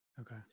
Okay